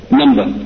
number